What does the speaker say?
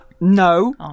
No